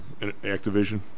Activision